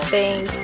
Thank